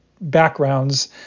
backgrounds